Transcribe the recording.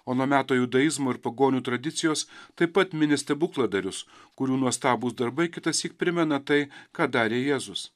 ano meto judaizmo ir pagonių tradicijos taip pat mini stebukladarius kurių nuostabūs darbai kitąsyk primena tai ką darė jėzus